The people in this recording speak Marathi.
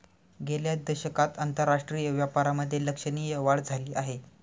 गेल्या दशकात आंतरराष्ट्रीय व्यापारामधे लक्षणीय वाढ झाली आहे